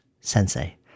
sensei